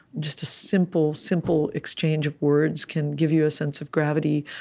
just a simple, simple exchange of words, can give you a sense of gravity.